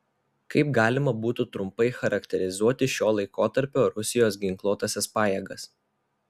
kaip galima būtų trumpai charakterizuoti šio laikotarpio rusijos ginkluotąsias pajėgas